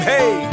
Hey